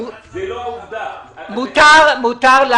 מותר לנו